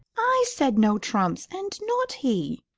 i said no-trumps, and not he!